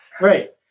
right